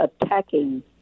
attacking